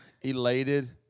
elated